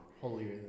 Holier